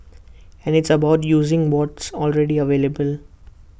and it's about using what's already available